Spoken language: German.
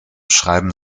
schreiben